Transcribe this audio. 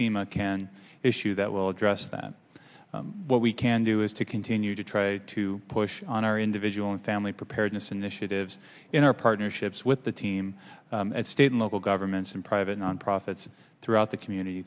we can issue that will address that what we can do is to continue to try to push on our individual and family preparedness initiatives in our partnerships with the team at state and local governments and private non profits throughout the community